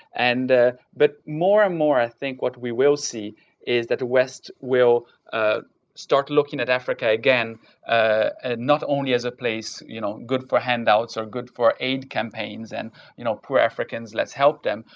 and but, more and more, i think what we will see is that, the west will ah start looking at africa again not only as a place, you know, good for handouts or good for aid campaigns. and you know, poor africans, let's help them,